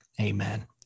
amen